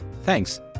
Thanks